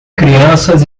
crianças